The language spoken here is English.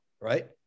right